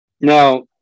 Now